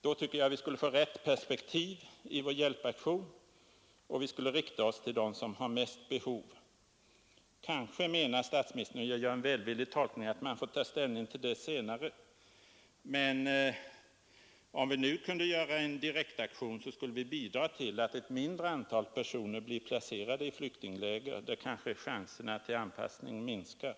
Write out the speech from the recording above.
Då tycker jag att vi skulle få rätt perspektiv i vår hjälpaktion och att vi skulle rikta oss till dem som har det största behovet. Kanske menar statsministern, om jag gör en välvillig tolkning, att man får ta ställning till detta senare, men om vi nu kunde göra en direktaktion, skulle vi bidra till att ett mindre antal personer blir placerade i flyktingläger, där chanserna till anpass ning minskar.